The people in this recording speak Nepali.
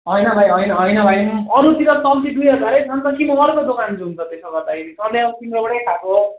होइन भाइ होइन होइन भाइ अरूतिर चल्ती दुई हजारै छ नि त कि म अरूको दोकान जाऊँ त त्यसो भए गर्दाखेरि सधैँ अब तिम्रोबाटै खाएको हो